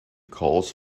calls